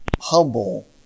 humble